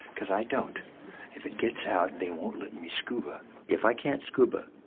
because i don't if it gets out they won't let me scuba if i can't scuba,